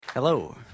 Hello